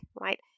right